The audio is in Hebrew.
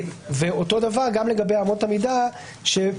אותו דבר גם לגבי אמות המידה שבתקנה